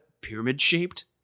pyramid-shaped